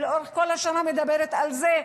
ולאורך כל השנה מדברת על זה.